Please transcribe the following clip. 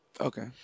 Okay